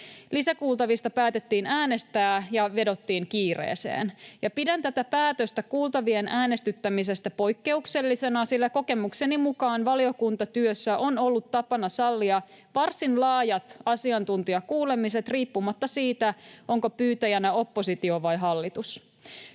Lisäkuultavista päätettiin äänestää, ja vedottiin kiireeseen. Pidän tätä päätöstä kuultavien äänestyttämisestä poikkeuksellisena, sillä kokemukseni mukaan valiokuntatyössä on ollut tapana sallia varsin laajat asiantuntijakuulemiset riippumatta siitä, onko pyytäjänä oppositio vai hallitus.